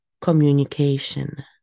communication